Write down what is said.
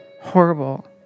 horrible